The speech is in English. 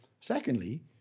secondly